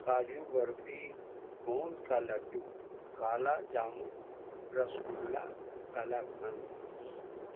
کاجو برفی گوند کا لڈو کالا جامن رس گلا کلا قند